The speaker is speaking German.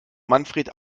manfred